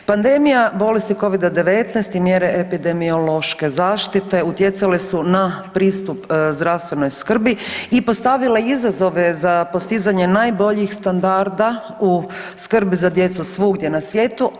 Pandemija bolesti Covida-19 i mjere epidemiološke zaštite utjecale su na pristup zdravstvenoj skrbi i postavile izazove za postizanje najboljih standarda u skrbi za djecu svugdje na svijetu.